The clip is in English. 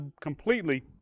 completely